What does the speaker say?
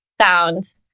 sound